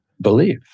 believe